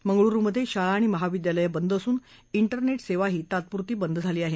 मंगळुरुमधे शाळा आणि महाविद्यालयं बंद असून विस्नेट सेवाही तात्पुरती बंद झाली आहे